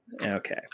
Okay